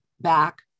back